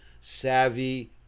savvy